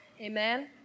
Amen